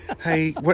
Hey